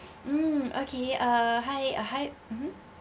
mm okay uh hi hi mmhmm